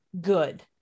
good